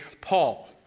Paul